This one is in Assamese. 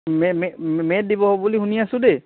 মে' মে' মে'ত দিব বুলি শুনি আছোঁ দেই